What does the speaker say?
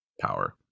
power